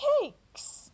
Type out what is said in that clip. cakes